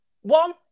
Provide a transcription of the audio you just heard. One